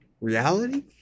Reality